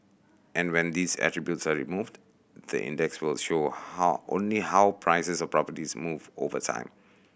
and when these attribute removed the index will show how only how prices of properties move over time